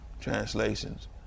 translations